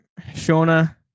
Shauna